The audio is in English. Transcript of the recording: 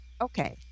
okay